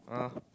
uh